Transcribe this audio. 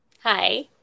Hi